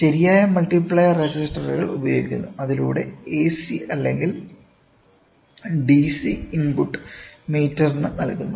ശരിയായ മൾട്ടിപ്ലയർ റെസിസ്റ്ററുകൾ ഉപയോഗിക്കുന്നു അതിലൂടെ എസി അല്ലെങ്കിൽ ഡിസി ഇൻപുട്ട് മീറ്ററിന് നൽകുന്നു